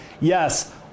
yes